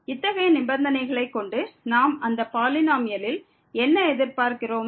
இத்தகைய நிபந்தனைகளை கொண்டு நாம் அந்த பாலினோமியலில் என்ன எதிர்பார்க்கிறோம்